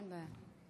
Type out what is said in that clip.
גברתי היושבת-ראש,